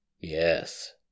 Yes